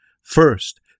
first